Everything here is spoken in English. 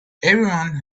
everyone